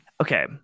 okay